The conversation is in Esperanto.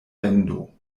vendo